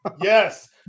yes